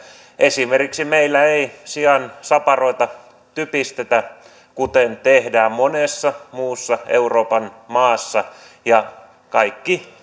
esimerkiksi ei siansaparoita typistetä kuten tehdään monessa muussa euroopan maassa ja kaikki